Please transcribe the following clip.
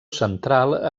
central